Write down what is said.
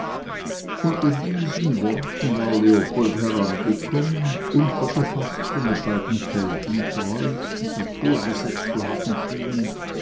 unter diesen worten war leopold herangekommen untergefaßt von den beiden felgentreus die sich vorgesetzt zu haben schienen